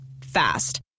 Fast